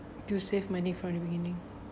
to save money from the beginning